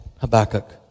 Habakkuk